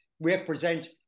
represent